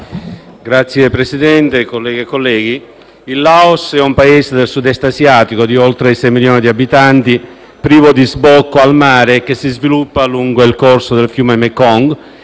Signor Presidente, colleghe e colleghi, il Laos è un Paese del Sud-Est asiatico con oltre 6 milioni di abitanti, privo di sbocco sul mare e che si sviluppa lungo il corso del fiume Mekong,